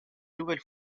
nouvelle